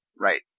Right